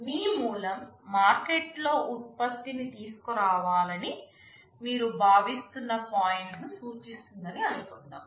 మీ మూలం మార్కెట్లో ఉత్పత్తిని తీసుకురావాలని మీరు భావిస్తున్న పాయింట్ను సూచిస్తుందని అనుకుందాం